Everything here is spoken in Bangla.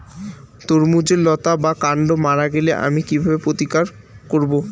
তরমুজের লতা বা কান্ড মারা গেলে আমি কীভাবে প্রতিকার করব?